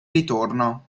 ritorno